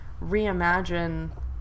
reimagine